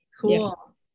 Cool